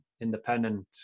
independent